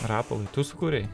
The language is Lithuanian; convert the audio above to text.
rapolai tu sukūrei